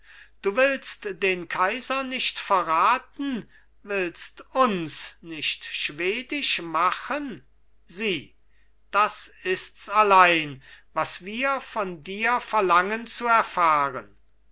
du willst den kaiser nicht verraten willst uns nicht schwedisch machen sieh das ists allein was wir von dir verlangen zu erfahren